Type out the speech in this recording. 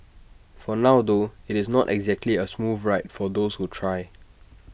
for now though IT is not exactly A smooth ride for those who try